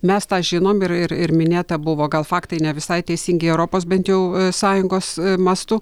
mes tą žinom ir ir minėta buvo gal faktai ne visai teisingi europos bent jau sąjungos mastu